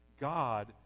God